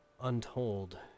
Untold